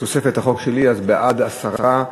בתוספת הקול שלי, בעד, 10,